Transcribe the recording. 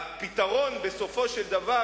הפתרון בסופו של דבר,